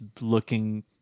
looking